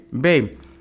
Babe